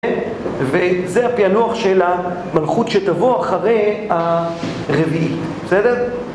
וזה הפענוח של המלכות שתבוא אחרי הרביעי. בסדר?